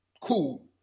Cool